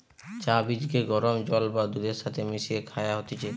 চা বীজকে গরম জল বা দুধের সাথে মিশিয়ে খায়া হতিছে